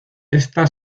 ésta